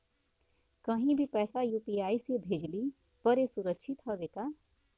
कहि भी पैसा यू.पी.आई से भेजली पर ए सुरक्षित हवे का?